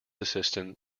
assistant